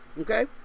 Okay